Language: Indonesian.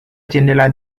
jendela